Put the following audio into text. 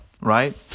right